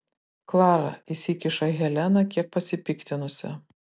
klara įsikiša helena kiek pasipiktinusi